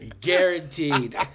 Guaranteed